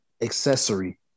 accessory